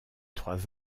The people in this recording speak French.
trois